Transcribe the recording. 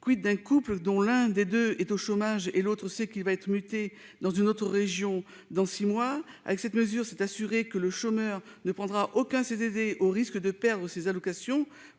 quid d'un couple dont l'un des 2 est au chômage et l'autre, c'est qu'il va être muté dans une autre région dans six mois avec cette mesure s'est assuré que le chômeur ne prendra aucun CDD au risque de perdre ses allocations